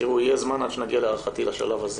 יש זמן עד שנגיע להערכתי לשלב הזה,